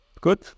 Good